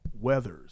Weathers